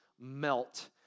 melt